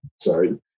Sorry